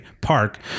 Park